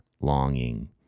longing